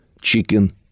chicken